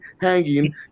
hanging